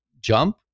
jump